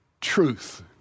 truth